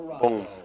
Boom